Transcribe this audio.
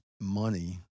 money